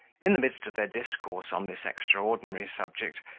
in the midst of their discourse on this extraordinary subject,